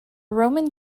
roman